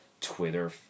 Twitter